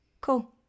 Cool